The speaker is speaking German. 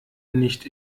nicht